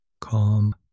Calm